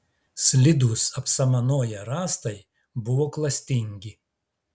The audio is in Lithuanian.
slidūs apsamanoję rąstai buvo klastingi